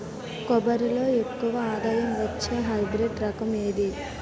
కొబ్బరి లో ఎక్కువ ఆదాయం వచ్చే హైబ్రిడ్ రకం ఏది?